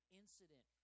incident